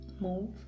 move